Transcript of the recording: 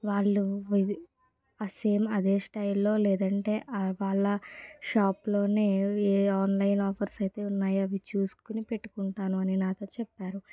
వాళ్ళు సేమ్ అదే స్టైల్ లో లేదంటే ఆ వాళ్ళ షాప్ లోనే ఏ ఆన్లైన్ ఆఫర్స్ అయితే ఉన్నాయో అవి చూసుకుని పెట్టుకుంటాను అని నాతో చెప్పారు